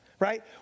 right